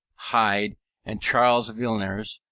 hyde and charles villiers,